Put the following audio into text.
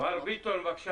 מר ביטון, בבקשה